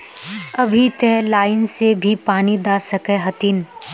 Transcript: अभी ते लाइन से भी पानी दा सके हथीन?